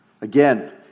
Again